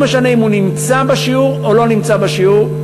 לא משנה אם הוא נמצא בשיעור או לא נמצא בשיעור.